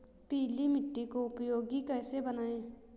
पीली मिट्टी को उपयोगी कैसे बनाएँ?